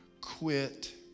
quit